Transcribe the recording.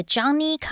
Johnny